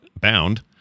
Bound